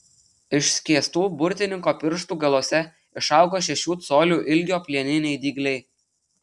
išskėstų burtininko pirštų galuose išaugo šešių colių ilgio plieniniai dygliai